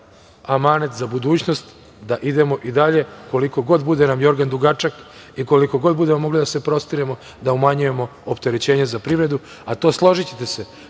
amanet za budućnost da idemo i dalje koliko god bude nam "jorgan dugačak" i koliko god budemo mogli da se prostiremo da umanjujemo opterećenje za privredu. To, složićete se,